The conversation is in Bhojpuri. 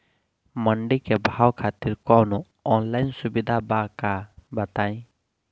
मंडी के भाव खातिर कवनो ऑनलाइन सुविधा बा का बताई?